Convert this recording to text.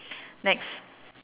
next